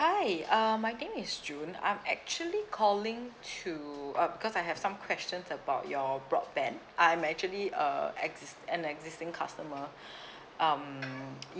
hi uh my name is june I'm actually calling to uh because I have some questions about your broadband I'm actually uh ex~ an existing customer um